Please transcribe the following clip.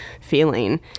feeling